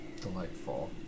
Delightful